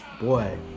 boy